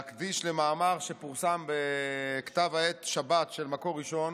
אני רוצה להקדיש למאמר שפורסם בכתב העת שבת של מקור ראשון